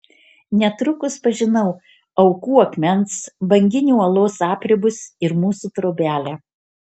netrukus pažinau aukų akmens banginio uolos apribus ir mūsų trobelę